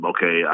Okay